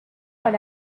حال